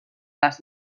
les